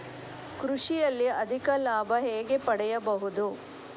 ಕೃಷಿಯಲ್ಲಿ ಅಧಿಕ ಲಾಭ ಹೇಗೆ ಪಡೆಯಬಹುದು?